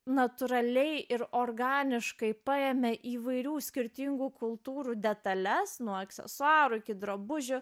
natūraliai ir organiškai paėmė įvairių skirtingų kultūrų detales nuo aksesuarų iki drabužių